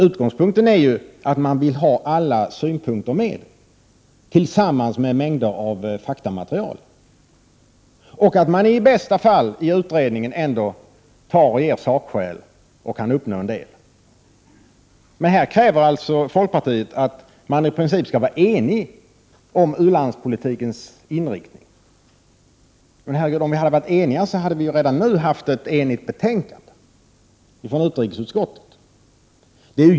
Utgångspunkten är ju att man vill ha alla synpunkter med, tillsammans med mängder av faktamaterial, och att man i bästa fall i utredningen tar och ger sakskäl och kan uppnå en del. Men här kräver alltså folkpartiet att man i princip skall vara enig om u-landspolitikens inriktning. Herregud, om vi hade varit eniga, hade vi ju redan nu haft ett enhälligt betänkande från utrikesutskottet!